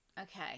okay